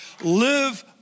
Live